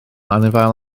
anifail